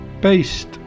based